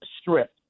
Strip